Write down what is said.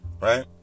Right